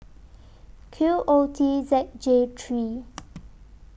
Q O T Z J three